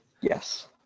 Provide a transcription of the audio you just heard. Yes